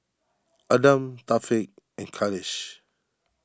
Adam Thaqif and Khalish